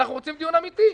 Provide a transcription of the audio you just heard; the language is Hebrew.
אנחנו רוצים דיון אמיתי.